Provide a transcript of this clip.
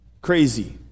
crazy